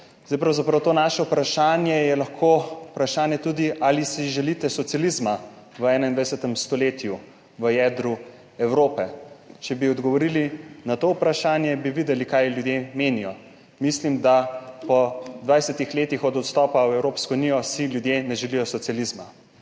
Zdaj pravzaprav to naše vprašanje je lahko vprašanje tudi, ali si želite socializma v 21. stoletju v jedru Evrope. Če bi odgovorili na to vprašanje, bi videli, kaj ljudje menijo. Mislim, da po 20. letih od vstopa v Evropsko unijo si ljudje ne želijo socializma.